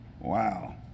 Wow